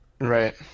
Right